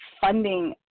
funding